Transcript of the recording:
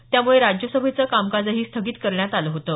त्यामुळे राज्यसभेचं कामकाजही स्थगित करण्यात आलं होतं